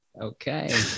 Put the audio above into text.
Okay